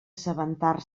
assabentar